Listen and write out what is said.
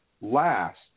last